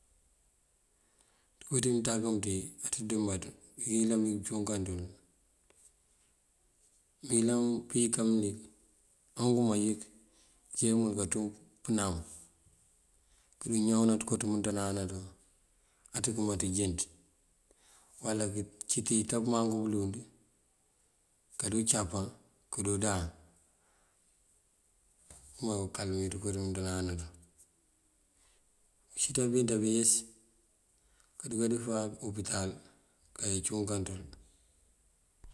Ţëko ţí mënţákëm ací dëmbaţ yëlan bí këţúukan dul. Mëyëlan kayëkan mëlik awumayëk kanţú pënam këdu ñawëna ţëko ţëmënţandana ţum akëma ţëjënţ. Uwala këcëti ito mëmangu mulund kadu capan kadu dáan okëma këkalmir koo mënţandana dun. Ucí bíţan bí yës këduka bí fáan opital kayi ţúkan dël.